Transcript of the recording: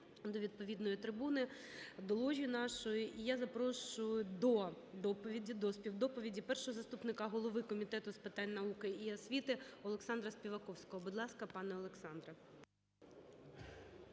до відповідної трибуни, до ложі нашої. І я запрошую до доповіді, до співдоповіді першого заступника голови Комітету з питань науки і освіти Олександра Співаковського. Будь ласка, пане Олександре.